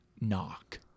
Knock